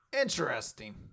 Interesting